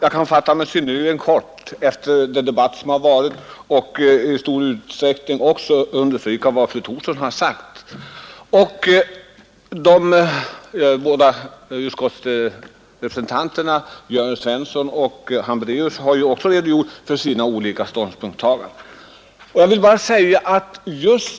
Herr talman! Jag kan efter den debatt som förts fatta mig synnerligen kort och i stora delar bara understryka vad fru Thorsson har sagt. De båda utskottsrepresentanterna, herr Svensson i Malmö och fru Hambraeus, har ju också redogjort för sina ståndpunktstaganden.